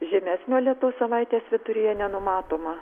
žymesnio lietaus savaitės viduryje nenumatoma